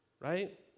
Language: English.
right